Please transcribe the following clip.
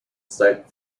state